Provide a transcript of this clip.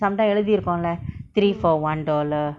sometime எழுதி இருக்குல:eluthi irukkula three for one dollar